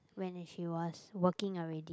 when she was working already